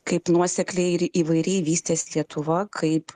kaip nuosekliai ir įvairiai vystės lietuva kaip